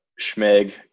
Schmeg